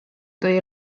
tõi